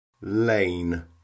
lane